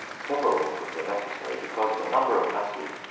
several altars were necessary because the number of masses,